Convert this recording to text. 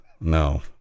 no